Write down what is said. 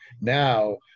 now